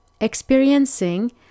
Experiencing